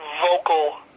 vocal